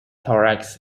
thorax